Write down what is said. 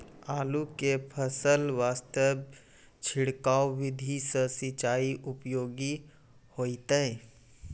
आलू के फसल वास्ते छिड़काव विधि से सिंचाई उपयोगी होइतै?